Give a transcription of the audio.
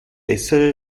bessere